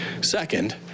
Second